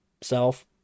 self